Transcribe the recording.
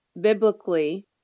Biblically